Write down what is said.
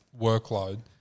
workload